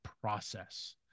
process